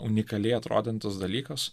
unikaliai atrodantis dalykas